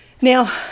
Now